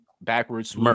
backwards